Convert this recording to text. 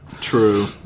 True